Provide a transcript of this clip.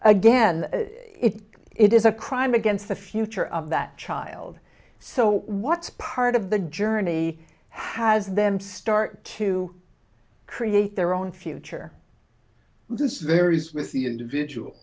again it is a crime against the future of that child so what's part of the journey has them start to create their own future this varies with the individual